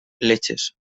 leches